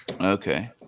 Okay